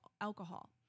alcohol